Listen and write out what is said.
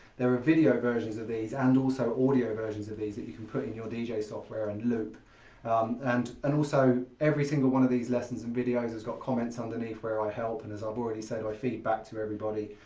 there are video versions of these and also audio versions of these that you can put in your dj software and loop and and also every single one of these lessons and videos has got comments underneath where i help and as i've already said my feedback to everybody.